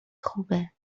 خوبه